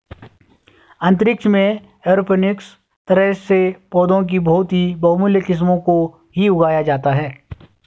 अंतरिक्ष में एरोपोनिक्स तरह से पौधों की बहुत ही बहुमूल्य किस्मों को ही उगाया जाता है